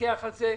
נפקח על זה.